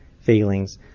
feelings